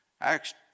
Acts